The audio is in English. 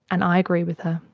and i agree with her.